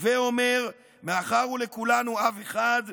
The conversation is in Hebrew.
הווה אומר, מאחר שלכולנו אב אחד,